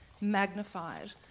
magnified